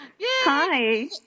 Hi